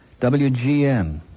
WGN